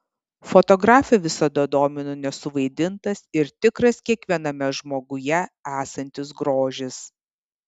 fotografę visada domino nesuvaidintas ir tikras kiekviename žmoguje esantis grožis